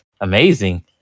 amazing